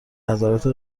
نظرات